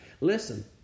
Listen